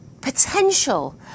potential